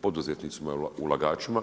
poduzetnicima ulagačima?